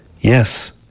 yes